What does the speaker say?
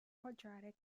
quadratic